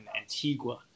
antigua